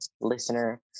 listener